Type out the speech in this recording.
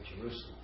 Jerusalem